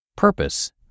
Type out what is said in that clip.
Purpose